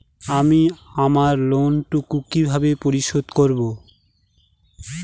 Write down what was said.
আমি আমার লোন টুকু কিভাবে পরিশোধ করব?